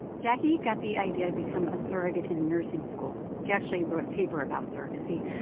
jacquie got the idea to become a surrogate in nursing school. she actually wrote a paper about surrogacy,